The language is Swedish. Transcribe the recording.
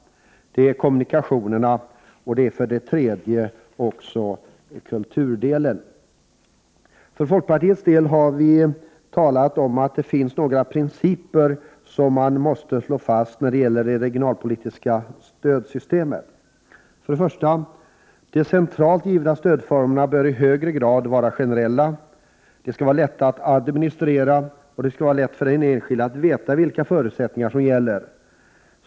För det andra är det kommunikationerna, och för det tredje är det kulturen. För folkpartiets del har vi talat om att det finns några principer som man måste slå fast när det gäller det regionalpolitiska stödsystemet. Den första principen är att de centralt givna stödformerna högre grad bör vara generella. De skall vara lätta att administrera, och det skall vara lätt för den enskilde att få veta vilka förutsättningar som gäller.